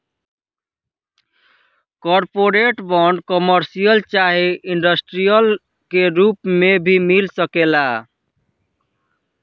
corporate bond, commercial चाहे industrial के रूप में भी मिल सकेला